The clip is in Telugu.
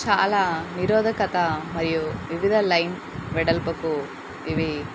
చాలా నిరోధకత మరియు వివిధ లైన్ వెడల్పుకు ఇవి